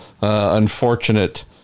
unfortunate